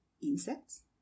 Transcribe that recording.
insects